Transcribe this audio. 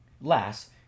Last